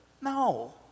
No